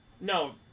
No